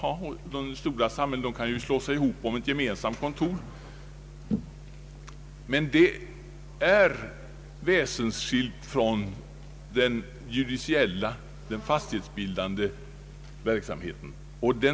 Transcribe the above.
Flera kommuner kan ju slå sig ihop om ett gemensamt ingenjörskontor, men det bör vara väsensskilt från den judiciella fastighetsbildande verksamheten.